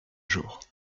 jours